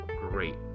great